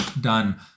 done